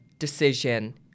Decision